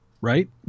right